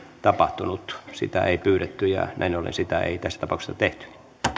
tapahtunut sitä ei pyydetty ja näin ollen sitä ei tässä tapauksessa tehty